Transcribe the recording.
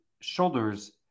shoulders